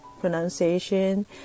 pronunciation